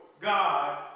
God